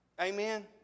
Amen